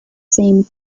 same